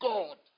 God